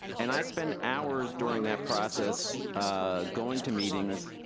and i spent hours during that process ah going to meetings,